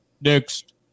next